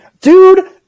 Dude